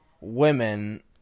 women